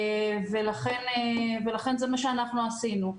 לכן, זה מה שאנחנו עשינו.